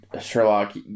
Sherlock